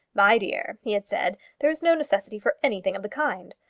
my dear, he had said, there is no necessity for anything of the kind.